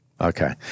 Okay